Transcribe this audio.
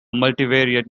multivariate